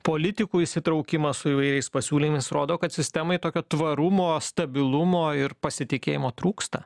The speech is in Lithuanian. politikų įsitraukimas su įvairiais pasiūlymais rodo kad sistemai tokio tvarumo stabilumo ir pasitikėjimo trūksta